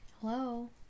hello